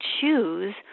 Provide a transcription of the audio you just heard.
choose